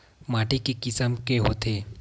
माटी के किसम के होथे?